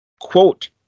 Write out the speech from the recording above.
Quote